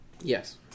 Yes